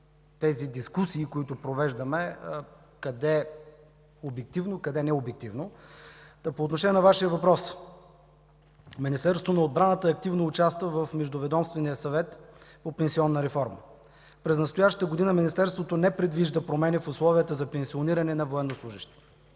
тези дискусии, които провеждаме къде обективно, къде необективно. По отношение на Вашия въпрос, Министерството на отбраната активно участва в Междуведомствения съвет по пенсионна реформа. През настоящата година Министерството не предвижда промени в условията за пенсиониране на военнослужещите.